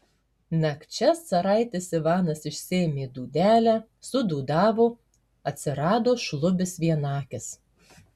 nakčia caraitis ivanas išsiėmė dūdelę sudūdavo atsirado šlubis vienakis